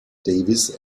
davis